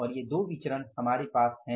और ये 2 विचरण हमारे पास हैं